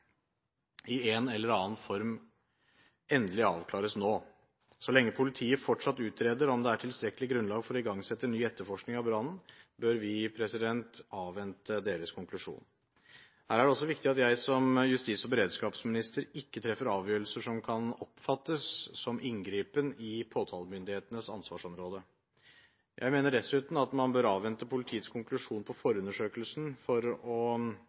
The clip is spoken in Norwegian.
i en eller annen form endelig avklares nå. Så lenge politiet fortsatt utreder om det er tilstrekkelig grunnlag for å igangsette ny etterforskning av brannen, bør vi avvente deres konklusjon. Her er det også viktig at jeg som justis- og beredskapsminister ikke treffer avgjørelser som kan oppfattes som en inngripen i påtalemyndighetens ansvarsområde. Jeg mener dessuten at man bør avvente politiets konklusjoner på forundersøkelsen for ikke å